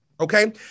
Okay